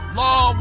law